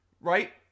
Right